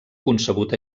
concebut